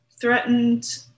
threatened